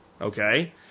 okay